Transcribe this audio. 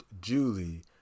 Julie